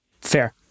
Fair